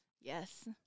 Yes